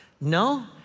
No